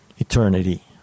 eternity